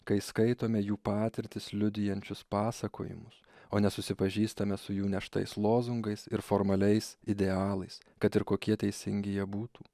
kai skaitome jų patirtis liudijančius pasakojimus o ne susipažįstame su jų neštais lozungais ir formaliais idealais kad ir kokie teisingi jie būtų